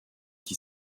qui